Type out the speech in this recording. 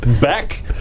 back